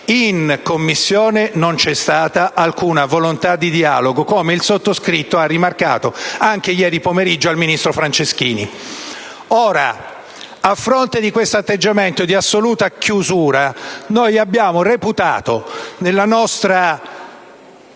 In Commissione non c'è stata alcuna volontà di dialogo, come il sottoscritto ha rimarcato anche ieri pomeriggio al ministro Franceschini. Ora, a fronte di questo atteggiamento di assoluta chiusura, noi abbiamo reputato di